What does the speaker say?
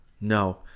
No